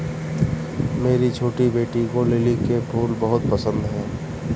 मेरी छोटी बेटी को लिली के फूल बहुत पसंद है